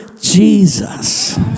Jesus